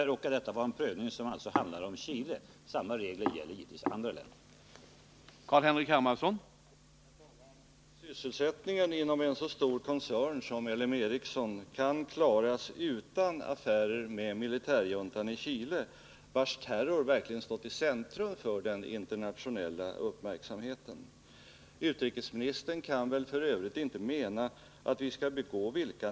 Nu råkar det vara en prövning som handlar om Chile, men samma regler gäller givetvis även i fråga om andra länder.